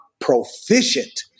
proficient